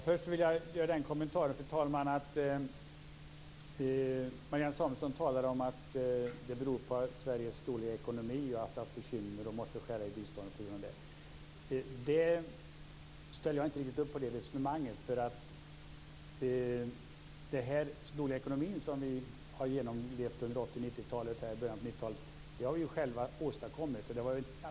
Fru talman! Marianne Samuelsson sade att man måste skära i biståndet på grund av Sveriges dåliga ekonomi. Jag ställer inte riktigt upp på det resonemanget. Den dåliga ekonomin under 1980-talet och början av 1990-talet har vi själva åstadkommit.